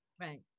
right